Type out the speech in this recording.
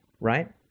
right